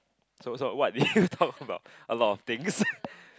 so so what did you talk about a lot of things